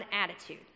attitude